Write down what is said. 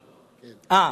אהה.